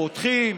פותחים,